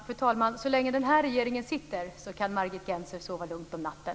Fru talman! Så länge den här regeringen sitter kan Margit Gennser sova lugnt om natten.